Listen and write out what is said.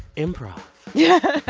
improv yeah.